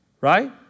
right